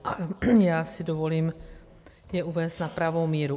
A já si dovolím je uvést na pravou míru.